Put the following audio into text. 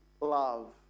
love